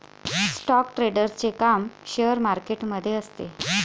stock ट्रेडरचे काम share market मध्ये असते